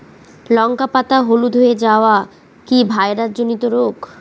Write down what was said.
লঙ্কা পাতা হলুদ হয়ে যাওয়া কি ভাইরাস জনিত রোগ?